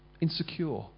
insecure